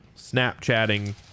Snapchatting